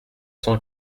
cent